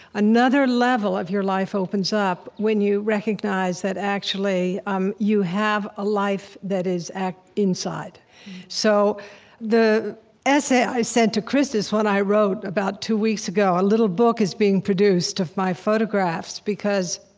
another level of your life opens up when you recognize that actually, um you have a life that is inside inside so the essay i sent to krista is one i wrote about two weeks ago. a little book is being produced of my photographs, because